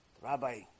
Rabbi